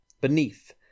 Beneath